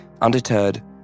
Undeterred